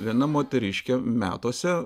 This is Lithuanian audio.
viena moteriškė metuose